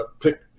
pick